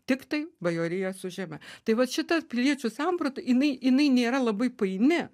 tiktai bajoriją su žeme tai vat šita piliečių samprata jinai jinai nėra labai paini